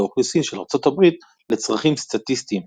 האוכלוסין של ארצות הברית לצרכים סטטיסטיים.